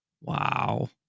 wow